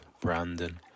Brandon